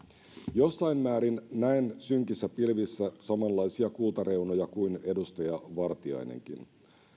jossain määrin näen synkissä pilvissä samanlaisia kultareunoja kuin edustaja vartiainenkin